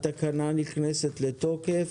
התקנה נכנסת לתוקף.